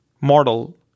model